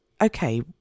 okay